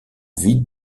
vide